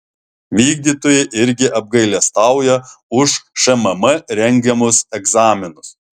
vykdytojai irgi apgailestauja už šmm rengiamus egzaminus